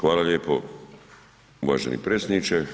Hvala lijepo uvaženi potpredsjedniče.